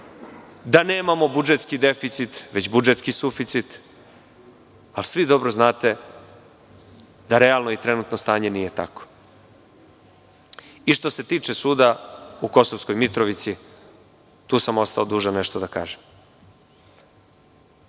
da nemamo budžetski deficit već budžetski suficit, ali svi dobro znate da realno i trenutno stanje nije tako. Što se tiče suda u Kosovskoj Mitrovici tu sam ostao dužan nešto da kažem.